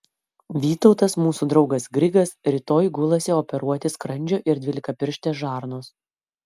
vytautas mūsų draugas grigas rytoj gulasi operuoti skrandžio ir dvylikapirštės žarnos